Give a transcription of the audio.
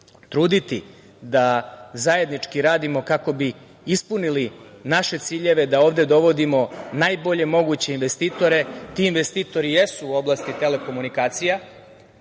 truditi da zajednički radimo kako bi ispunili naše ciljeve da ovde dovodimo najbolje moguće investitore. Ti investitori jesu u oblasti telekomunikacija,